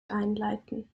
einleiten